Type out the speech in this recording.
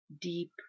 deep